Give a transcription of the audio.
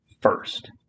first